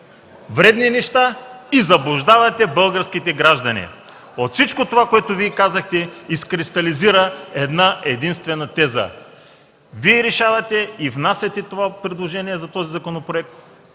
вредни неща и заблуждавате българските граждани. От всичко това, което казахте, изкристализира една-единствена теза: Вие решавате и внасяте това предложение за този законопроект,